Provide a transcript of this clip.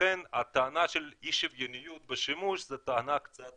ולכן הטענה של אי שוויוניות בשימוש זו טענה קצת